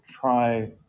try